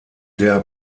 der